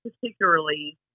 particularly